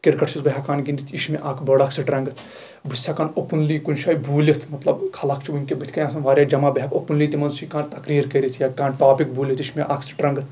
cricket چھُس بہٕ ہٮ۪کان گنٛدِتھ یہِ چھ مےٚ بٔڑ اکھ سٹرنٛگٕتھ بہٕ چھُس ہٮ۪کان اوٚپٕنلی کُنہِ جایہِ بوٗلِتھ مطلب کھلکھ چھِ ؤنکیٚن بٔتھۍ کنہِ آسان واریاہ جمع بہٕ ہٮ۪کہٕ اوٚپٕنلی تِمن سۭتۍ کانٛہہ تَقریٖر کٔرِتھ یا کانٛہہ ٹاپِک بوٗلِتھ یہِ چھِ مےٚ اکھ سٹرنٛگٕتھ